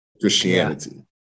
Christianity